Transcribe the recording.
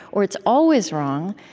or it's always wrong,